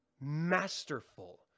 masterful